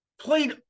played